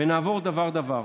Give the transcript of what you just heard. נעבור דבר-דבר: